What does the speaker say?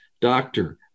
doctor